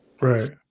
Right